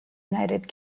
united